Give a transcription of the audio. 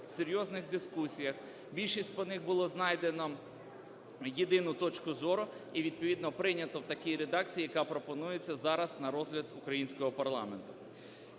в серйозних дискусіях. Більшість по них було знайдено єдину точку зору, і, відповідно, прийнято в такій редакції, яка пропонується зараз на розгляд українського парламенту.